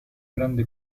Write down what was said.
grande